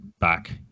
back